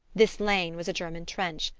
this lane was a german trench,